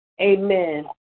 Amen